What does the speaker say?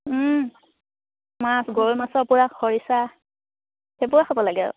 মাছ গৰৈ মাছৰ পৰা খৰিচা সেইবোৰে খাব লাগে আৰু